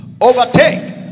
overtake